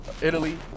Italy